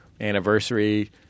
anniversary